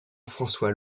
françois